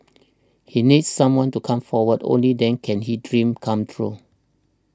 he needs someone to come forward only then can he dream come true